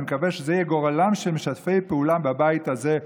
אני מקווה שזה יהיה גורלם של משתפי פעולה בבית הזה,